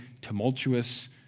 tumultuous